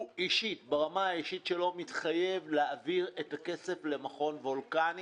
שהוא אישית מתחייב להעביר את הכסף למכון וולקני.